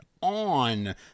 on